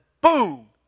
boom